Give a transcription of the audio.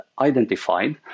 identified